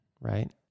Right